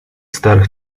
старых